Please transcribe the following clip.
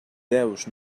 deus